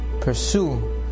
pursue